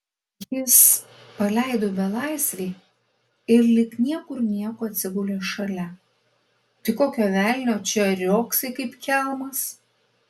jis paleido belaisvį ir lyg niekur nieko atsigulė šalia tai kokio velnio čia riogsai kaip kelmas